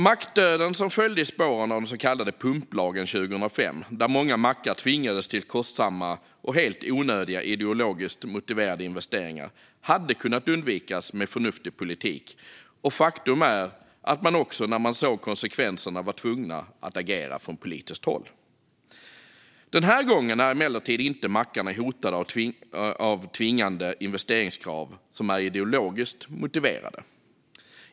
Mackdöden som följde i spåren av den så kallade pumplagen 2005, då många mackar tvingades till kostsamma och helt onödiga, ideologiskt motiverade investeringar, hade kunnat undvikas med förnuftig politik. Faktum är att man också, när man såg konsekvenserna, var tvungen att agera från politiskt håll. Den här gången är mackarna emellertid inte hotade av tvingande investeringskrav som är ideologiskt motiverade.